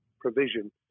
provision